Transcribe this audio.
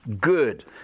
good